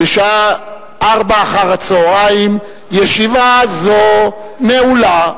בשעה 16:00. ישיבה זו נעולה.